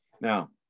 Now